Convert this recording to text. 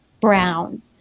brown